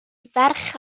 ferch